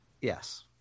yes